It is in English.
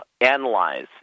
analyze